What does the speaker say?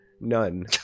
None